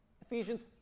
Ephesians